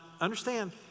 understand